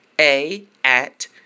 A-At